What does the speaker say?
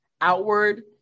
outward